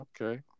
Okay